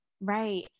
Right